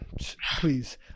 Please